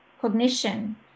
cognition